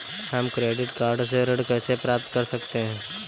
हम credit card से ऋण कैसे प्राप्त कर सकते हैं?